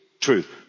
truth